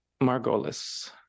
Margolis